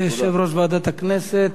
תודה ליושב-ראש ועדת הכנסת.